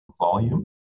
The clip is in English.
volume